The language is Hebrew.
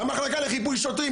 המחלקה לחיפוי שוטרים,